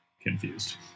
confused